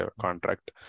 contract